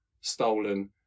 stolen